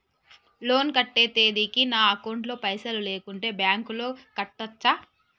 Loan కట్టే తేదీకి నా అకౌంట్ లో పైసలు లేకుంటే బ్యాంకులో కట్టచ్చా?